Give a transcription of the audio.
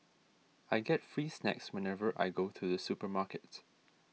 I get free snacks whenever I go to the supermarket